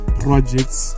projects